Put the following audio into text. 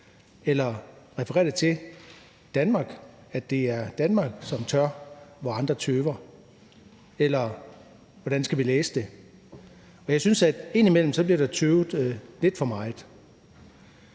eller refererer det til Danmark, altså at det er Danmark, som tør, hvor andre tøver, eller hvordan skal vi læse det? Jeg synes, at der indimellem bliver tøvet lidt for meget.